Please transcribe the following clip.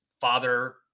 father